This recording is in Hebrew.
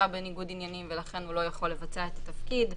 בניגוד עניינים ולכן הוא לא יכול לבצע את התפקיד.